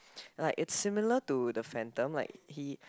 like it's similar to the phantom like he